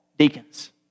Deacons